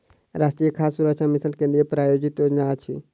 राष्ट्रीय खाद्य सुरक्षा मिशन केंद्रीय प्रायोजित योजना अछि